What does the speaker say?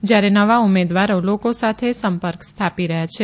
જ્યારે નવા ઉમેદવારો લોકો સાથે સંપર્ક સ્થાપી રહ્યા છે